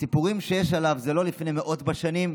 הסיפורים שיש עליו זה לא לפני מאות בשנים,